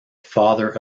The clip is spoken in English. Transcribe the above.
father